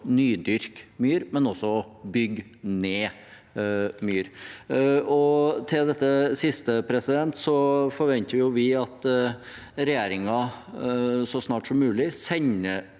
nydyrke myr, men også å bygge ned myr. Til dette siste forventer vi at regjeringen så snart som mulig sender